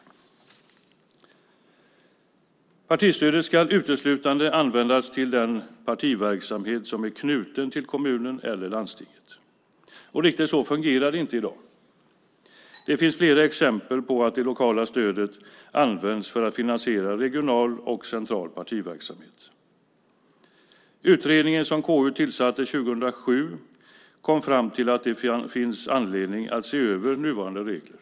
Partistödet ska uteslutande användas till den partiverksamhet som är knuten till kommunen eller landstinget. Riktigt så fungerar det inte i dag. Det finns flera exempel på att det lokala stödet används för att finansiera regional och central partiverksamhet. Den utredning som KU tillsatte 2007 kom fram till att det finns anledning att se över nuvarande regler.